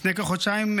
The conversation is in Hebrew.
לפני כחודשיים,